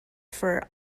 for